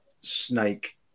snake